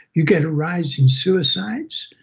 you get a rise in suicides,